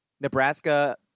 Nebraska